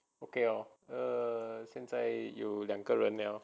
okay lor err 现在又两个人了